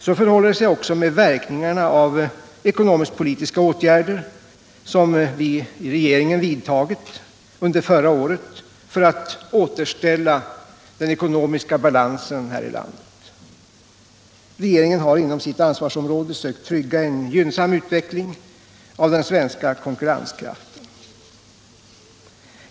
: Så förhåller det sig också med verkningarna av de eckonomisk-politiska åtgärder som regeringen vidtog under förra året för att återställa den ekonomiska balansen här i landet. Regeringen har inom sitt ansvarsområde sökt trygga en gynnsam utveckling av den svenska konkurrenskrafien.